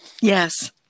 Yes